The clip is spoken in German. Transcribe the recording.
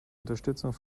unterstützung